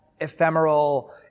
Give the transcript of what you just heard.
ephemeral